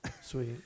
Sweet